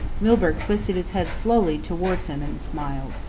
milburgh twisted his head slowly towards him and smiled.